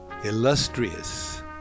illustrious